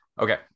Okay